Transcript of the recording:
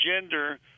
gender